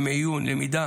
ימי עיון ולמידה